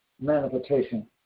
manifestation